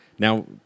Now